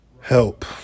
help